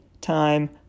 time